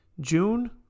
June